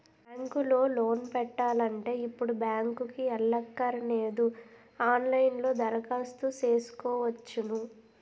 bank లో loan పెట్టాలంటే ఇప్పుడు బ్యాంకుకి ఎల్లక్కరనేదు ఆన్ లైన్ లో దరఖాస్తు సేసుకోవచ్చును